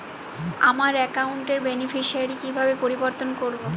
আমার অ্যাকাউন্ট র বেনিফিসিয়ারি কিভাবে পরিবর্তন করবো?